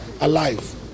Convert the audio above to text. alive